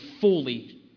fully